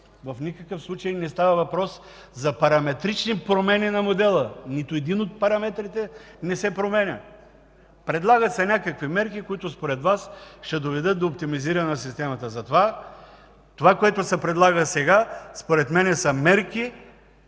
в никакъв случай не става въпрос за параметрични промени на модела, нито един от параметрите не се променя. Предлагат се някакви мерки, които според Вас ще доведат до оптимизиране на системата. Това, което се предлага сега, според мен са мерки,